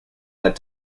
that